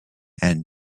and